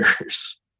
years